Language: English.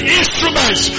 instruments